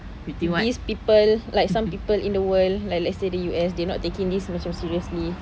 these people like some people in the world like let's say the U_S they not taking this macam seriously